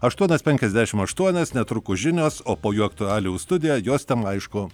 aštuonios penkiasdešim aštuonios netrukus žinios o po jų aktualijų studija jos tema aišku